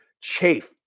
chafe